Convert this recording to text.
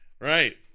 right